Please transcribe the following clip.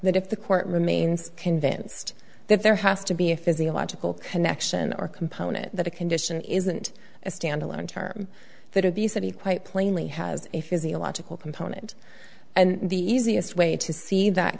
that if the court remains convinced that there has to be a physiological connection or component that a condition isn't a standalone term that obesity quite plainly has a physiological component and the easiest way to see that